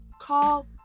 Call